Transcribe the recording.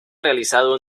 realizado